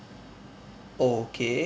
okay